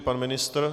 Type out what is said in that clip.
Pan ministr?